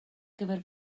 gyfer